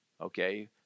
Okay